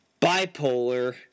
bipolar